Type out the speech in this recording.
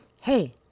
hey